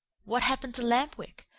what happened to lamp-wick?